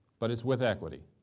but it's with equity,